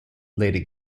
lady